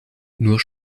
nur